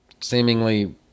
seemingly